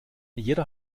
jeder